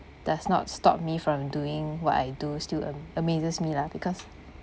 does not stop me from doing what I do still ama~ amazes me lah because